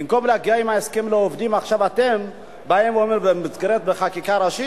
במקום להגיע להסכם עם העובדים אתם באים ואומרים במסגרת חקיקה ראשית,